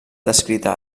descrita